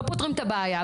לא פותרים את הבעיה,